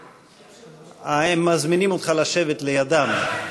הם מזמינים אותך לשבת לידם, בכבוד.